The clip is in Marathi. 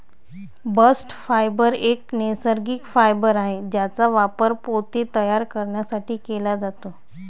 बस्ट फायबर एक नैसर्गिक फायबर आहे ज्याचा वापर पोते तयार करण्यासाठी केला जातो